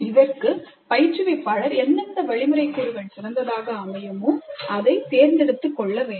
இதற்கு பயிற்றுவிப்பாளர் எந்தெந்த வழிமுறை கூறுகள் தேவையான கற்றல் விளைவு திறன் வெளிக்கொணர்வதற்கு சிறந்ததாக அமையுமோ அதைத் தேர்ந்தெடுத்துக் கொள்ளவேண்டும்